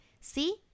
See